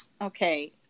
okay